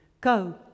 go